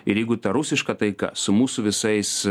ir jeigu ta rusiška taika su mūsų visais